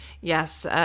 Yes